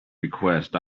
request